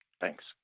Thanks